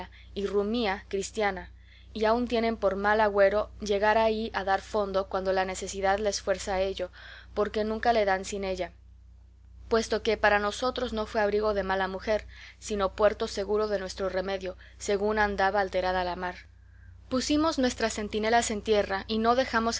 rumía cristiana y aun tienen por mal agüero llegar allí a dar fondo cuando la necesidad les fuerza a ello porque nunca le dan sin ella puesto que para nosotros no fue abrigo de mala mujer sino puerto seguro de nuestro remedio según andaba alterada la mar pusimos nuestras centinelas en tierra y no dejamos